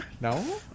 no